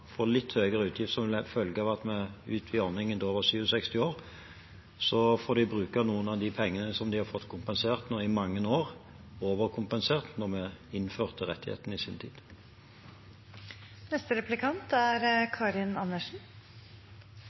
får litt høyere utgifter som følge av at vi utvider ordningen til dem over 67 år, får de bruke noen av de pengene som de har fått kompensert nå i mange år – overkompensert – etter at vi innførte rettigheten i sin tid.